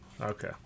Okay